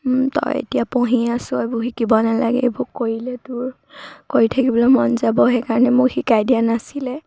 তই এতিয়া পঢ়ি আছ এইবোৰ শিকিব নালাগে এইবোৰ কৰিলে তোৰ কৰি থাকিবলৈ মন যাব সেইকাৰণে মোক শিকাই দিয়া নাছিলে